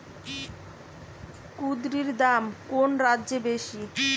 কুঁদরীর দাম কোন রাজ্যে বেশি?